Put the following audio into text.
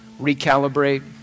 recalibrate